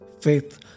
faith